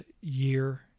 year